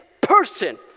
person